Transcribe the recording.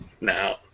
now